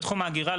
בתחום האגירה,